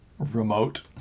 remote